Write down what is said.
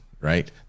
right